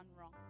wrong